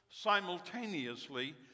simultaneously